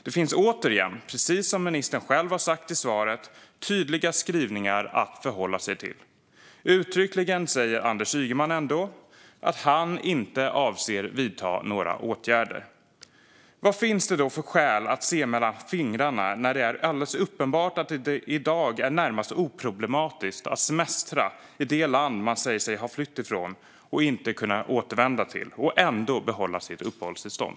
Det finns, precis som ministern själv har sagt i svaret, tydliga skrivningar att förhålla sig till. Ändå säger Anders Ygeman uttryckligen att han inte avser att vidta några åtgärder. Vad finns det för skäl att se mellan fingrarna när det är alldeles uppenbart att det i dag är närmast oproblematiskt att semestra i det land som man säger sig ha flytt från, och som man säger sig inte kunna återvända till, och ändå behålla sitt uppehållstillstånd?